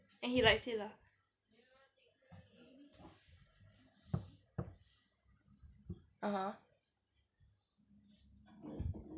and he likes it lah